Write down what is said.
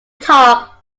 top